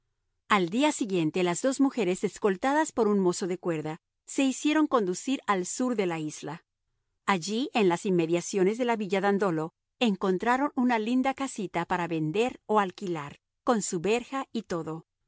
al día siguiente las dos mujeres escoltadas por un mozo de cuerda se hicieron conducir al sur de la isla allí en las inmediaciones de la villa dandolo encontraron una linda casita para vender o alquilar con su verja y todo